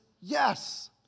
yes